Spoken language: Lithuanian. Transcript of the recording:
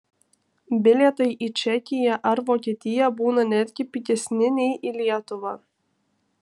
bilietai į čekiją ar vokietiją būna netgi pigesni nei į lietuvą